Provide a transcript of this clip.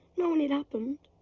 not when it happened.